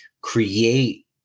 create